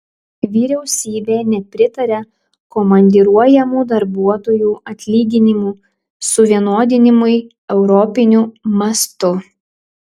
vyriausybė nepritaria komandiruojamų darbuotojų atlyginimų suvienodinimui europiniu mastu